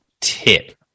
tip